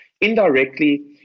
indirectly